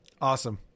awesome